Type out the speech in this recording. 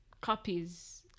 copies